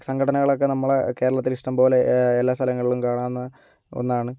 സംഘടനകളൊക്കെ നമ്മളുടെ കേരളത്തില് ഇഷ്ടംപോലെ എല്ലാസ്ഥലങ്ങളിലും കാണാവുന്ന ഒന്നാണ്